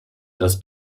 dass